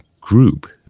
group